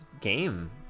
game